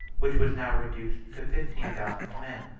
which was now reduced to fifteen thousand men.